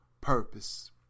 purpose